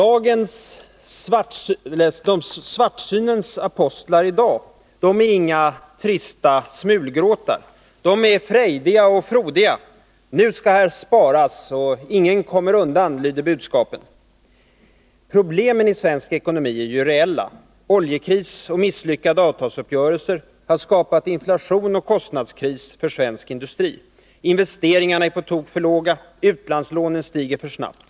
Svartsynens apostlar av i dag är inga trista smulgråtar. De är frejdiga och frodiga. Nu skall här sparas. Ingen kommer undan, lyder budskapet. Problemen i svensk ekonomi är reella. Oljekris och misslyckade avtalsuppgörelser har skapat inflation och kostnadskris för svensk industri. Investeringarna är på tok för låga. Utlandslånen stiger för snabbt.